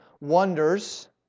wonders